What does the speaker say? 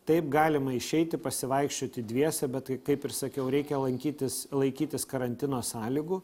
taip galima išeiti pasivaikščioti dviese bet tai kaip ir sakiau reikia lankytis laikytis karantino sąlygų